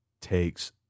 takes